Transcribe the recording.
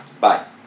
Bye